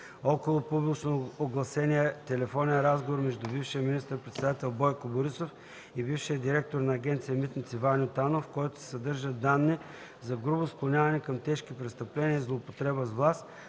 около публично огласения телефонен разговор между бившия министър-председател Бойко Борисов и бившия директор на Агенция „Митници” Ваньо Танов, в който се съдържат данни за грубо склоняване към тежки престъпления и злоупотреба с власт,